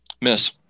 Miss